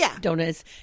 donuts